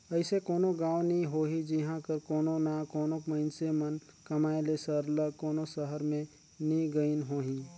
अइसे कोनो गाँव नी होही जिहां कर कोनो ना कोनो मइनसे मन कमाए ले सरलग कोनो सहर में नी गइन होहीं